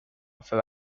for